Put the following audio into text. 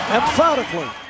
emphatically